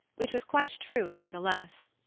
which was quite true nevertheless.